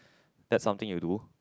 that's something you'll do